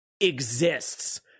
exists